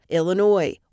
Illinois